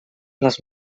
les